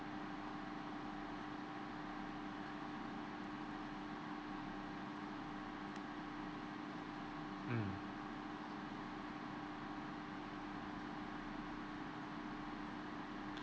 mm